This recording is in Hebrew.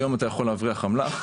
היום אתה יכול להבריח אמל"ח,